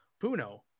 Puno